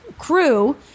crew